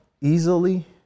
easily